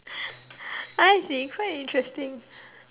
I see quite interesting